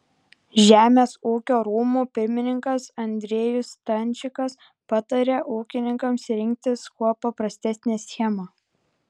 žemės ūkio rūmų pirmininkas andriejus stančikas patarė ūkininkams rinktis kuo paprastesnę schemą